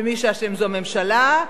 ומי שאשם זו הממשלה,